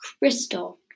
Crystal